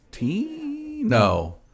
No